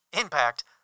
impact